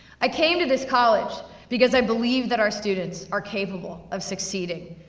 i came to this college because i believed that our students are capable of succeeding,